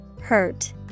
Hurt